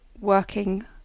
working